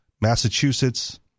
Massachusetts